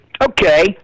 okay